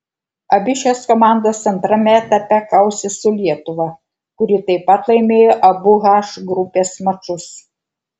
abi šios komandos antrame etape kausis su lietuva kuri taip pat laimėjo abu h grupės mačus